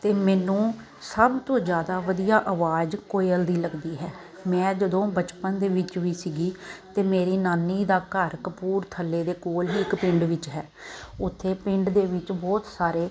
ਅਤੇ ਮੈਨੂੰ ਸਭ ਤੋਂ ਜ਼ਿਆਦਾ ਵਧੀਆ ਅਵਾਜ਼ ਕੋਇਲ ਦੀ ਲੱਗਦੀ ਹੈ ਮੈਂ ਜਦੋਂ ਬਚਪਨ ਦੇ ਵਿੱਚ ਵੀ ਸੀਗੀ ਅਤੇ ਮੇਰੀ ਨਾਨੀ ਦਾ ਘਰ ਕਪੂਰਥਲੇ ਦੇ ਕੋਲ ਹੀ ਇੱਕ ਪਿੰਡ ਵਿੱਚ ਹੈ ਓਥੇ ਪਿੰਡ ਦੇ ਵਿੱਚ ਬਹੁਤ ਸਾਰੇ